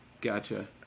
Gotcha